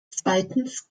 zweitens